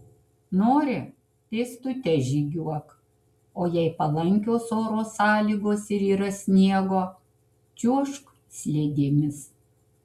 nori pėstute žygiuok o jei palankios oro sąlygos ir yra sniego čiuožk slidėmis